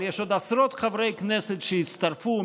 יש עוד עשרות חברי כנסת שהצטרפו.